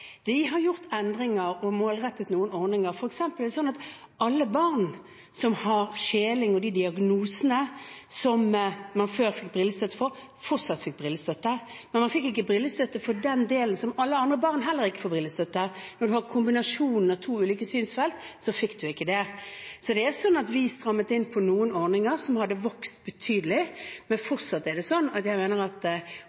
har gjort endringer og målrettet noen ordninger, f.eks. sånn at alle barn som har skjeling og de diagnosene som man før fikk brillestøtte for, fortsatt fikk brillestøtte, men man fikk ikke brillestøtte for den delen som alle andre barn heller ikke får brillestøtte for. Hadde man kombinasjonen av to ulike synsfeil, fikk man ikke det. Vi strammet inn på noen ordninger som hadde vokst betydelig, men